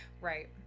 Right